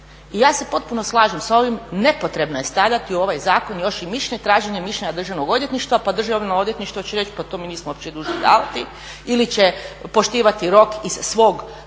Ja se potpuno slažem s ovim nepotrebno je stavljati u ovaj zakon još i mišljenje, traženje mišljenja Državnog odvjetništva pa Državno odvjetništvo će reći pa to mi nismo uopće davati ili će poštivati rok iz svog Zakona